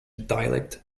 dialect